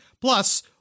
Plus